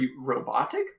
robotic